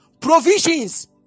Provisions